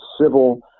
civil